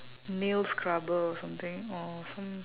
nail scrubber or something or some